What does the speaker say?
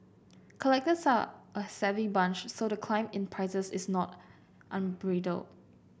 collectors are a savvy bunch so the climb in prices is not unbridled